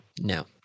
No